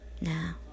now